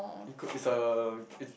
include it's a it's